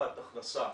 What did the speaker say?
להבטחת הכנסה